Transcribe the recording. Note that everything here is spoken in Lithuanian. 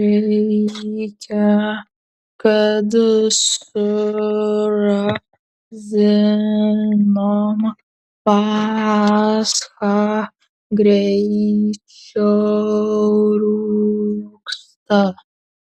reikia žinoti kad su razinom pascha greičiau rūgsta